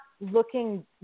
looking